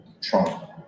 Trump